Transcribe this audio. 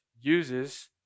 uses